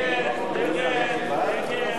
רבותי?